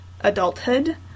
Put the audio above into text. adulthood